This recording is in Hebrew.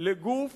לגוף